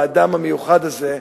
באדם המיוחד הזה,